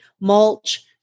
mulch